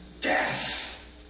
Death